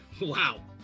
Wow